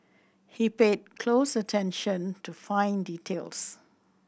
he paid close attention to fine details